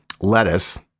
Lettuce